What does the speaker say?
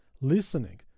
listening